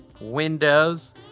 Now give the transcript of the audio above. Windows